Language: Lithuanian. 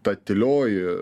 ta tylioji